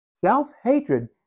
Self-hatred